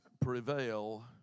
prevail